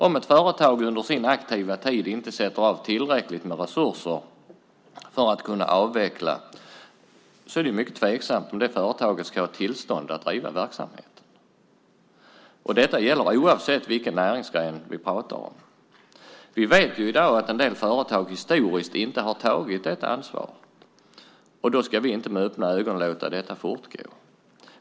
Om ett företag under sin aktiva tid inte sätter av tillräckligt med resurser för att kunna avveckla är det mycket tveksamt om det företaget ska ha tillstånd att driva verksamhet. Detta gäller oavsett vilken näringsgren vi pratar om. Vi vet ju i dag att en del företag historiskt inte har tagit detta ansvar, och då ska vi inte med öppna ögon låta detta fortgå.